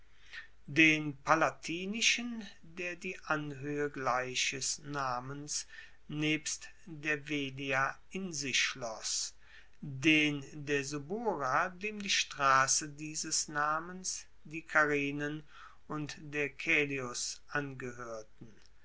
den palatinischen der die anhoehe gleiches namens nebst der velia in sich schloss den der subura dem die strasse dieses namens die carinen und der caelius angehoerten